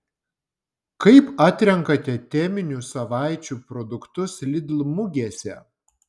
kaip atrenkate teminių savaičių produktus lidl mugėse